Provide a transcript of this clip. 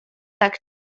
tak